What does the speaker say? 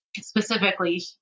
specifically